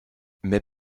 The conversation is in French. mais